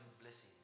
blessings